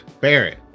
Barrett